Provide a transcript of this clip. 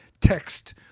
text